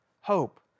Hope